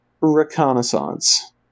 Reconnaissance